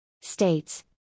states